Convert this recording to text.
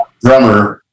drummer